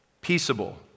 peaceable